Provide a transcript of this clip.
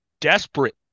desperate